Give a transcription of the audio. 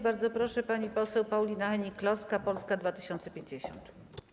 Bardzo proszę, pani poseł Paulina Hennig-Kloska, Polska 2050.